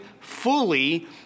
fully